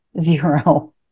zero